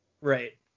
Right